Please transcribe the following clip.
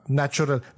natural